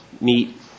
meet